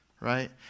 right